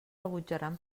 rebutjaran